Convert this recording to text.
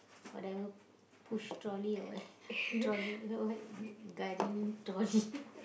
push trolley away trolley away gardening trolley